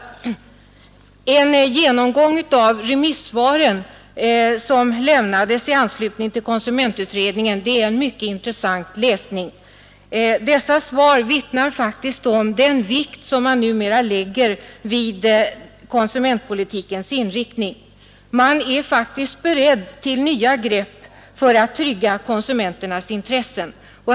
De remissvar som lämnades i anslutning till konsumentutredningens betänkande är en mycket intressant läsning. Dessa svar vittnar om den vikt som man numera lägger vid konsumentpolitikens inriktning. Man är faktiskt beredd till nya grepp för att trygga konsumenternas intressen.